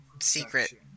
secret